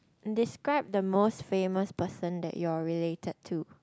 describe the most famous person that you are related to